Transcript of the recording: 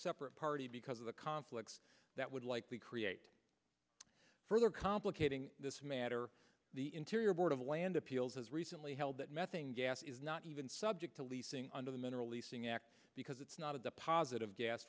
separate party because of the conflicts that would likely create further complicating this matter the interior board of land appeals has recently held that methane gas is not even subject to leasing under the mineral leasing act because it's not a deposit of gas